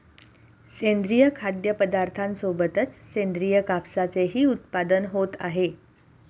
सेंद्रिय खाद्यपदार्थांसोबतच सेंद्रिय कापसाचेही उत्पादन होत आहे